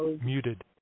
Muted